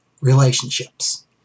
relationships